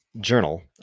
journal